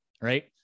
right